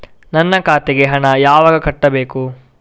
ನನ್ನ ಖಾತೆಗೆ ಹಣ ಯಾವಾಗ ಕಟ್ಟಬೇಕು?